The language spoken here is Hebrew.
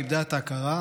איבדה את ההכרה,